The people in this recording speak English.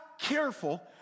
careful